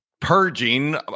purging